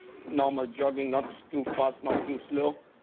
normal jogging not too fast, not too slow.